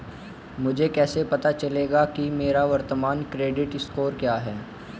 मुझे कैसे पता चलेगा कि मेरा वर्तमान क्रेडिट स्कोर क्या है?